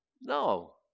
No